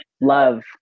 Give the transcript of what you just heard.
love